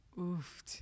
Oof